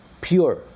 Pure